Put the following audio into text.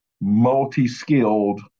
multi-skilled